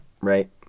right